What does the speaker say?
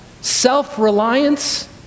self-reliance